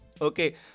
Okay